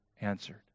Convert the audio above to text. answered